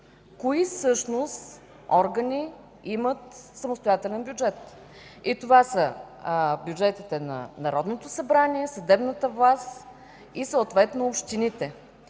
всъщност имат самостоятелен бюджет. Това са бюджетите на Народното събрание, съдебната власт и съответно общините.